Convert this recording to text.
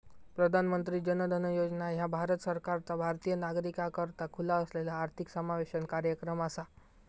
प्रधानमंत्री जन धन योजना ह्या भारत सरकारचा भारतीय नागरिकाकरता खुला असलेला आर्थिक समावेशन कार्यक्रम असा